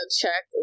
check